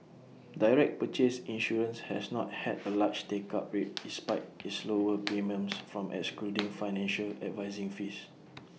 direct purchase insurance has not had A large take up rate despite its lower premiums from excluding financial advising fees